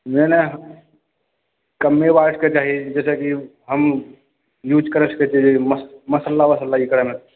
नहि नहि कमे वाटके चाही जाहिसँ कि हम यूज करि सकैत छी मस मसाला उसाला ई करयमे